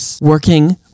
Working